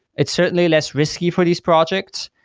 it's certainly less risky for these projects,